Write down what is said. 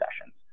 sessions